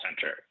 center